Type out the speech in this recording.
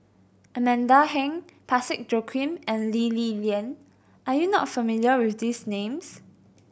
Amanda Heng Parsick Joaquim and Lee Li Lian are you not familiar with these names